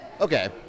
Okay